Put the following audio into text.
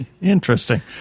Interesting